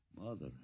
Mother